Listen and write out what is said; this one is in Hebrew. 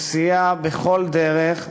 הוא סייע בכל דרך,